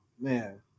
man